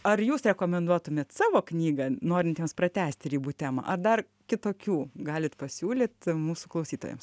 ar jūs rekomenduotumėt savo knygą norintiems pratęsti ribų temą ar dar kitokių galit pasiūlyt mūsų klausytojams